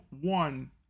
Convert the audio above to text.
one